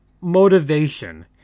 motivation